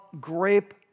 grape